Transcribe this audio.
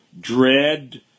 dread